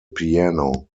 piano